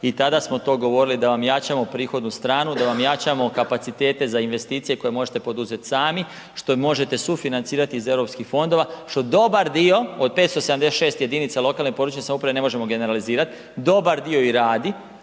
i tada smo to govorili da vam jačamo prihodnu stranu, da vam jačamo kapacitete za investicije koje možete poduzet sami, što možete sufinancirati iz Europskih fondova, što dobar dio od 576 jedinica lokalne i područne samouprave, ne možemo generalizirat, dobar dio i radi,